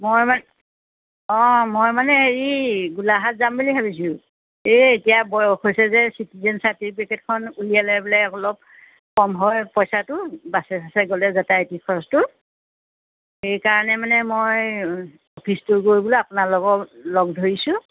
মই মান্ অঁ মই মানে হেৰি গোলাঘাট যাম বুলি ভাবিছোঁ এই এতিয়া বয়স হৈছে যে চিটিজেন চাৰ্টিফিকেটখন উলিয়াই লৈ পেলাই অলপ কম হয় পইচাটো বাছে চাছে গ'লে যাতায়তী খৰচটো সেইকাৰণে মানে মই অফিচটো গৈ বোলে আপোনাৰ লগত লগ ধৰিছোঁ